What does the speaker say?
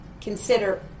consider